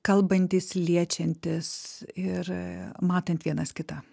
kalbantis liečiantis ir matant vienas kitą